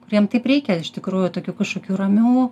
kuriem taip reikia iš tikrųjų tokių kažkokių ramių